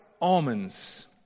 almonds